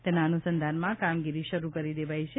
તેના અનુસંધાનમાં કામગીરી શરૂ કરી દેવાઈ છે